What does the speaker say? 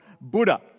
Buddha